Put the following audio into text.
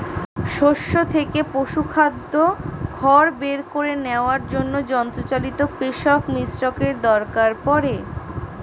শস্য থেকে পশুখাদ্য খড় বের করে নেওয়ার জন্য যন্ত্রচালিত পেষক মিশ্রকের দরকার পড়ে